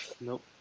Nope